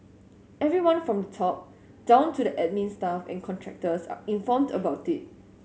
everyone from the top down to the admin staff and contractors are informed about it